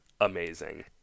amazing